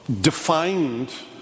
defined